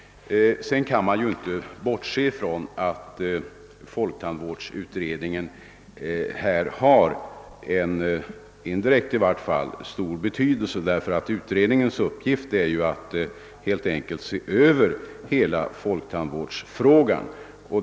Man kan inte heller bortse från att folktandvårdsutredningen i varje fall indirekt har stor betydelse i detta sammanhang, eftersom dess uppgift är att helt enkelt se över hela folktandvårdsfrågan.